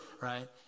Right